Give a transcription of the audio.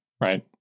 right